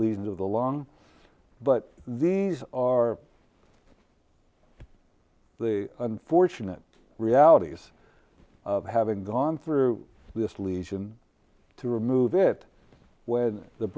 leading to the long but these are the unfortunate realities of having gone through this lesion to remove it when the